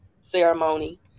ceremony